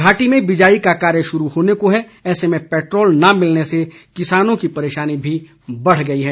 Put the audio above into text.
घाटी में बिजाई का कार्य शुरू होने को है ऐसे में पैट्र ोल न मिलने से किसानों की परेशानी भी बढ़ गई है